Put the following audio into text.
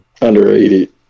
Underrated